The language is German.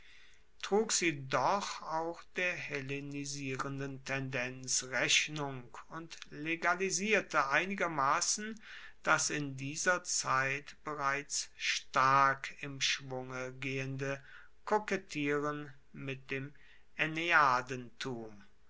trug sie doch auch der hellenisierenden tendenz rechnung und legalisierte einigermassen das in dieser zeit bereits stark im schwunge gehende kokettieren mit dem